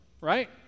Right